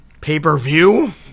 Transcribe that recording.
pay-per-view